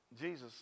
Jesus